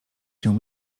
się